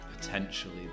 potentially